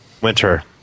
Winter